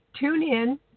TuneIn